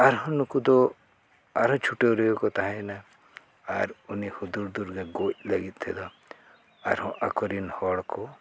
ᱟᱨᱦᱚᱸ ᱱᱩᱠᱩ ᱫᱚ ᱟᱨᱦᱚᱸ ᱪᱷᱩᱴᱟᱹᱣ ᱨᱮᱜᱮ ᱠᱚ ᱛᱟᱦᱮᱸᱭᱮᱱᱟ ᱟᱨ ᱩᱱᱤ ᱦᱩᱫᱩᱲ ᱫᱩᱨᱜᱟᱹ ᱜᱚᱡ ᱞᱟᱹᱜᱤᱫ ᱛᱮᱫᱚ ᱟᱨᱦᱚᱸ ᱟᱠᱚᱨᱮᱱ ᱦᱚᱲ ᱠᱚ